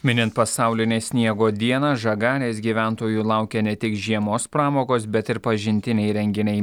minint pasaulinę sniego dieną žagarės gyventojų laukia ne tik žiemos pramogos bet ir pažintiniai renginiai